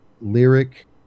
Lyric